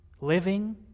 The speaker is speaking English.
living